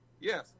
Yes